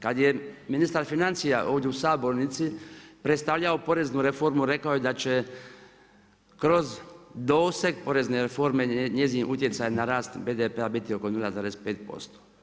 Kad je ministar financija ovdje u sabornici predstavljao poreznu reformu, rekao je da će kroz doseg porezne reforme, njezin utjecaj na rast BDP-a biti oko 0,5%